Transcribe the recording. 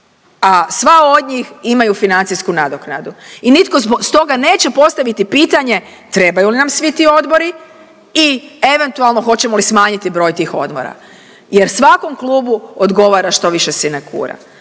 a sva od njih imaju financijsku nadoknadu i nitko zbog toga neće postaviti pitanje trebaju li nam svi ti odbori i eventualno hoćemo li smanjiti broj tih odbora jer svakom klubu odgovara što više sinekura,